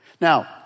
Now